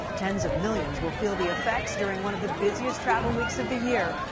tens of millions will feel the effects during one of the busiest travel weeks of the year.